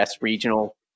regional